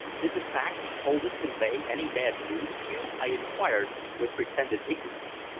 did the facts he told us convey any bad news to you? i inquired with pretended ignorance.